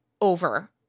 over